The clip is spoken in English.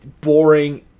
boring